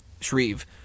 Shreve